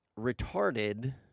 retarded